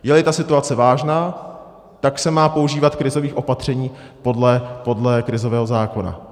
Jeli situace vážná, tak se má používat krizových opatření podle krizového zákona.